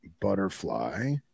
Butterfly